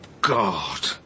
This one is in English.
God